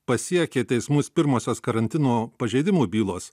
pasiekė teismus pirmosios karantino pažeidimų bylos